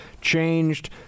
changed